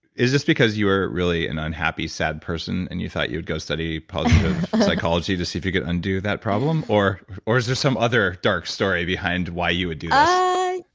is this because you were really an unhappy, sad person and you thought you would go study positive psychology to see if you could undo that problem? or or is there some other dark story behind why you would do ah